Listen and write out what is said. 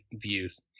views